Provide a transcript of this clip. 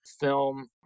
film